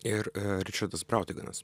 ir ričardas brautiganas